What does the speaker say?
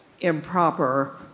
improper